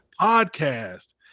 podcast